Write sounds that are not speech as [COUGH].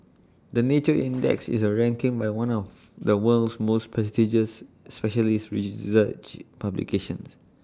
the [NOISE] nature index is A ranking by one of the world's most prestigious specialist research publications